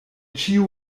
ĉiu